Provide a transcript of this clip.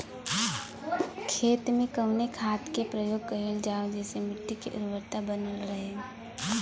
खेत में कवने खाद्य के प्रयोग कइल जाव जेसे मिट्टी के उर्वरता बनल रहे?